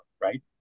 right